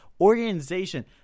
organization